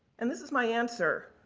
and, this is my answer.